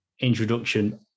Introduction